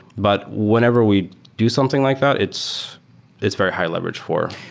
but whenever we do something like that, it's it's very high-leverage for